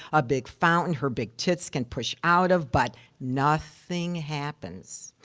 a big fountain her big tits can push out of, but nothing happens.